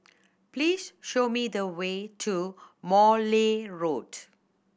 please show me the way to Morley Road